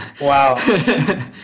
Wow